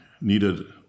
needed